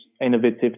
innovative